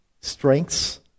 strengths